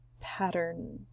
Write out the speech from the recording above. pattern